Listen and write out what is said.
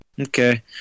Okay